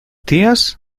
tías